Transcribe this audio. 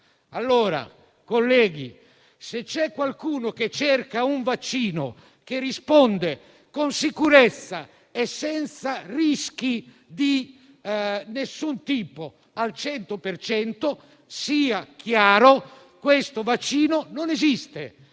se qualcuno cerca un vaccino che risponde con sicurezza e senza rischi di nessun tipo al 100 per cento, sia chiaro che questo vaccino non esiste,